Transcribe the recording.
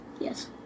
Yes